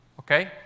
Okay